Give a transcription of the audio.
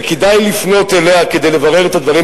וכדאי לפנות אליה כדי לברר את הדברים,